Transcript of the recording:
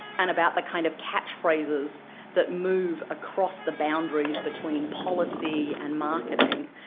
and about the kind of catchphrases that move across the boundaries between policy and marketing,